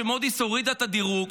כשמוד'יס הורידה את הדירוג,